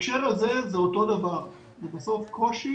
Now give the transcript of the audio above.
בהקשר הזה זה אותו דבר, זה בסוף קושי